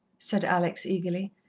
said alex eagerly.